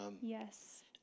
Yes